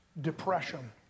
depression